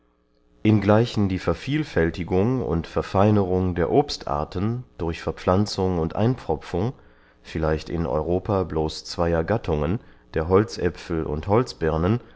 ingleichen die vervielfältigung und verfeinerung der obstarten durch verpflanzung und einpfropfung vielleicht in europa bloß zweyer gattungen der holzäpfel und holzbirnen